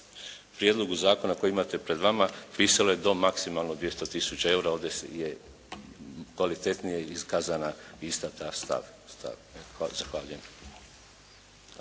Prijedlogu zakona koji imate pred vama pisalo je do maksimalno 200 tisuća EUR-a. Ovdje je kvalitetnije iskazana ista ta stavka.